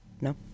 No